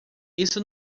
isso